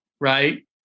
right